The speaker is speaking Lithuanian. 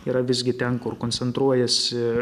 yra visgi ten kur koncentruojasi